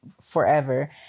forever